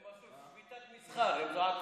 הם עשו שביתת מסחר, הם זעקו.